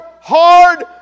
hard